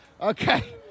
okay